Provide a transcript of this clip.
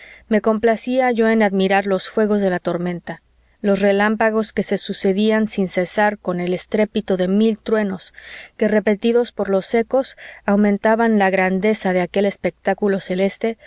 me complacía yo en admirar los fuegos de la tormenta los relámpagos que se sucedían sin cesar con el estrépito de mil truenos que repetidos por los ecos aumentaban la grandeza de aquel espectáculo celeste